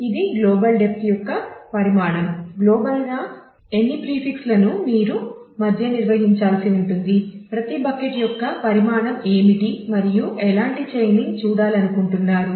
ఇది global depth చూడాలనుకుంటున్నారు